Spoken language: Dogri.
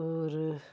होर